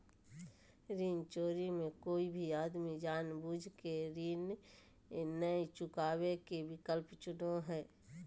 ऋण चोरी मे कोय भी आदमी जानबूझ केऋण नय चुकावे के विकल्प चुनो हय